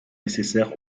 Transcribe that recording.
nécessaires